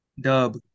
Dub